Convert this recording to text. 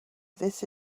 this